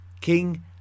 King